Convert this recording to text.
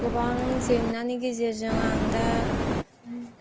गोबां जेंनानि गेजेरजों आं दा